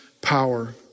power